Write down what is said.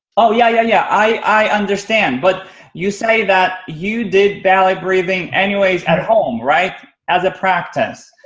oh yeah, yeah, yeah. i understand but you say that you did belly breathing anyways at home, right? as a practice,